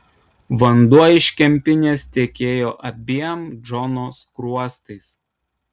vanduo iš kempinės tekėjo abiem džono skruostais